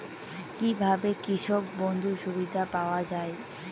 কি ভাবে কৃষক বন্ধুর সুবিধা পাওয়া য়ায়?